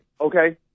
Okay